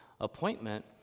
appointment